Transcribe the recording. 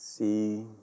See